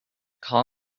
call